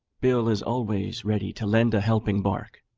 bill is always ready to lend a helping bark.